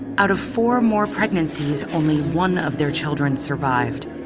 out of four more pregnancies, only one of their children survived.